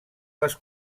les